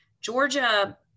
Georgia